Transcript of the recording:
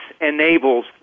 enables